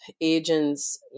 agents